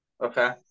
Okay